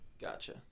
Gotcha